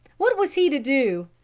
what was he to do?